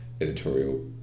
Editorial